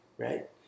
Right